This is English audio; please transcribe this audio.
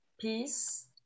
peace